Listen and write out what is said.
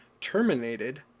terminated